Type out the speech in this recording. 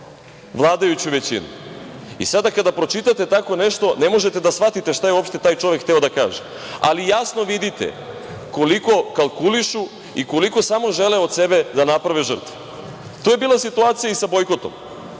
vladajuću većinu“.Sada kada pročitate tako nešto, ne možete da shvatite uopšte šta je taj čovek hteo da kaže, ali jasno vidite koliko kalkulišu i koliko samo žele od sebe da naprave žrtvu. To je bila situacija i sa bojkotom.